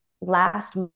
last